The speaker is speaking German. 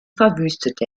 verwüstete